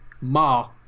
Ma